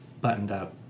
buttoned-up